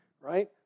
right